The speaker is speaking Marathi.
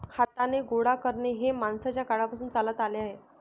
हाताने गोळा करणे हे माणसाच्या काळापासून चालत आले आहे